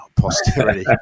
posterity